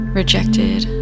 rejected